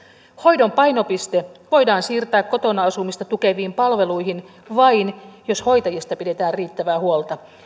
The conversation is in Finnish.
hoidon painopiste voidaan siirtää kotona asumista tukeviin palveluihin vain jos hoitajista pidetään riittävää huolta